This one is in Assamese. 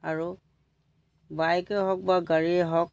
আৰু বাইকেই হওক বা গাড়ীয়ে হওক